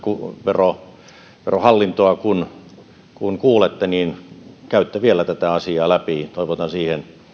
verohallintoa kuulette niin käytte vielä tätä asiaa läpi ja toivotan siihen